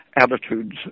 attitudes